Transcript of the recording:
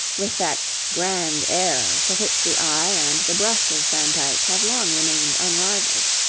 with that grand air for which the eye and the brush of van dyck have long remained unrivalled.